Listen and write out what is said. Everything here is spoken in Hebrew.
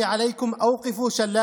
(אומר דברים בשפה